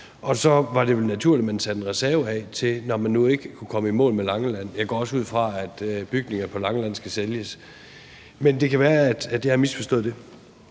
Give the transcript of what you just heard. og så var det vel naturligt, at man satte en reserve af til det, når man nu ikke kunne komme i mål med det på Langeland. Jeg går også ud fra, at bygningerne på Langeland skal sælges. Men det kan være, at jeg har misforstået det.